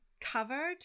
covered